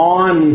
on